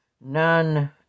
none